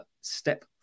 Step